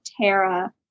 Tara